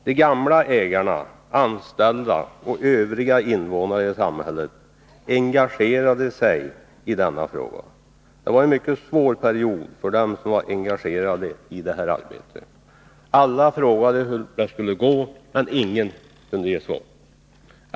De gamla ägarna, de anställda och övriga invånare i samhället engagerade sig i denna fråga. Det var en mycket svår period för dem som var engagerade i detta arbete — alla frågade hur det skulle gå, men ingen kunde ge svar.